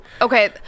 Okay